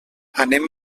anem